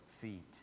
feet